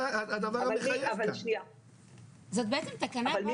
זאת הוראה שמכוונת למשרד הבריאות ומנחה את הדרג